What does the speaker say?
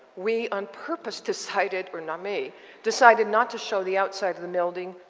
we, on purpose, decided or, not me decided not to show the outside of the building,